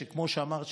כמו שאמרת,